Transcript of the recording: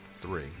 Three